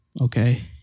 okay